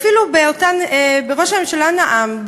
ראש הממשלה נאם,